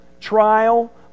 trial